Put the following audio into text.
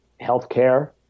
healthcare